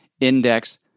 index